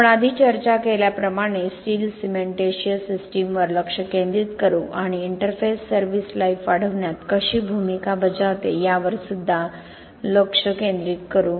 आपण आधी चर्चा केल्याप्रमाणे स्टील सिमेंटिशिअस सिस्टमवर लक्ष केंद्रित करू आणि इंटरफेस सर्व्हिस लाईफ वाढविण्यात कशी भूमिका बजावते या वर सुद्धा लक्ष केंद्रित करू